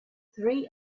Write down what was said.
three